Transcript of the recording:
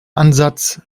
ansatz